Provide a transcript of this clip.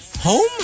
Home